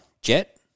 Jet